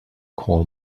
call